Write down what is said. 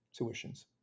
tuitions